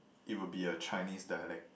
it would be a Chinese dialect